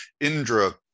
Indra